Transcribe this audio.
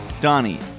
Donnie